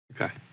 Okay